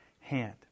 hand